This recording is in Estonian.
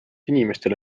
inimestele